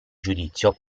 giudizio